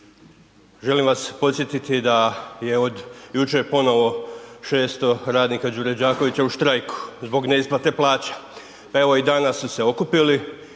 Želim vas podsjetiti da je od jučer ponovo 600 radnika Đure Đakovića u štrajku, zbog neisplate plaća. Evo i danas su se okupili